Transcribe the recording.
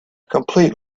complete